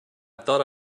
thought